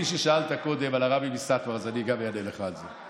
שאלת קודם על הרבי מסאטמר, אז אני אענה לך על זה.